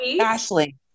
Ashley